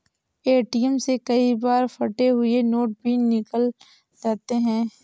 ATM से कई बार फटे हुए नोट भी निकल जाते हैं